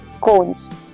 cones